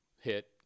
hit